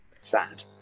sad